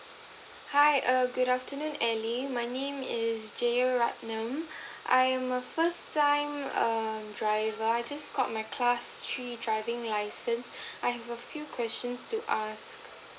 hi err good afternoon ally my name is jayratnam I'm a first time err driver I just got my class pre driving license I have a few questions to ask